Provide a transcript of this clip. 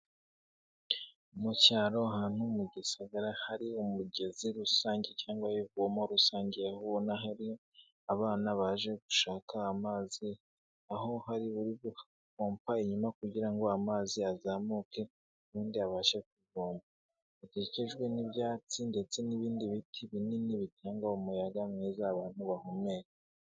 Mu cyaro ahantu mu gisagara hari umugezi rusange cyangwa ivomo rusange, aho ubona hari abana baje gushaka amazi. Aho hari uri gopompa inyuma kugira ngo amazi azamuke ubundi abashe kuvoma, hakikijwe n'ibyatsi ndetse n'ibindi biti binini bitanga umuyaga mwiza abantu bahumeka.